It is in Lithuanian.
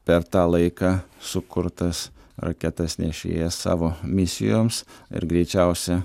per tą laiką sukurtas raketas nešėjas savo misijoms ir greičiausia